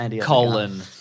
colon